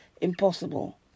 impossible